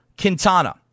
Quintana